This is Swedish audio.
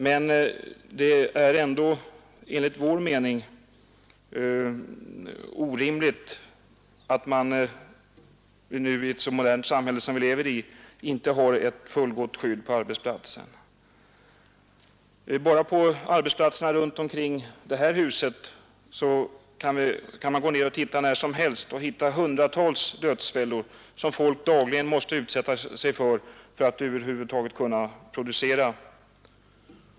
Men det är ändå enligt vår mening orimligt att man nu i ett så modernt samhälle som det vi lever i inte har ett fullgott skydd på arbetsplatserna. Bara på arbetsplatserna runt omkring det här huset kan man gå ner och titta när som helst och hitta hundratals dödsfällor som folk dagligen måste utsätta sig för för att över huvud taget kunna medverka i produktionen.